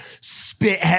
spit